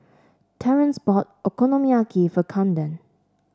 Terance bought Okonomiyaki for Kamden